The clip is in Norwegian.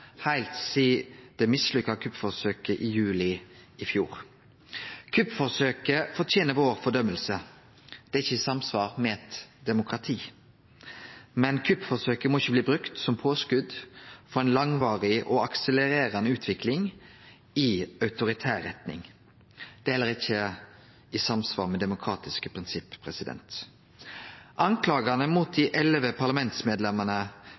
heilt sidan det mislukka kuppforsøket i juli i fjor. Kuppforsøket fortener vår fordømming. Det er ikkje i samsvar med eit demokrati. Men kuppforsøket må ikkje bli brukt som påskot for ei langvarig og akselererande utvikling i autoritær retning. Det er heller ikkje i samsvar med demokratiske prinsipp. Skuldingane mot